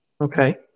Okay